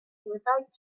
without